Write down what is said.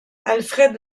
alfred